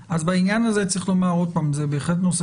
בעניין הזה צריך לומר עוד פעם שזה בהחלט נושא